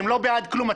אתם לא בעד כלום.